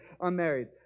unmarried